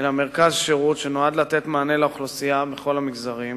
אלא מרכז שירות שנועד לתת מענה לאוכלוסייה בכל המגזרים,